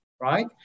right